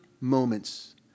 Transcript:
moments